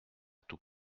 tout